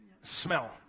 smell